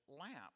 lamp